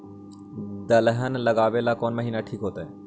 दलहन लगाबेला कौन महिना ठिक होतइ?